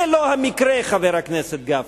זה לא המקרה, חבר הכנסת גפני.